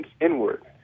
inward